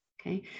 Okay